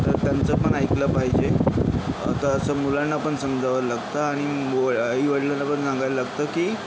तर त्यांचं पण ऐकलं पाहिजे आता असं मुलांना पण समजवावं लागतं आणि आईवडलांना पण सांगायला लागतं की